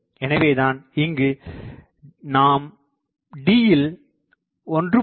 எனவேதான் இங்கு நாம் Dயில் 1